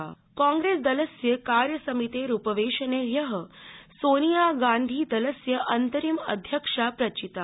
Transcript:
सोनिया कांग्रेसदलस्य कार्यसमितेरूपवेशने हय सोनियागांधी दलस्य अन्तरिम अध्यक्षा प्रचिता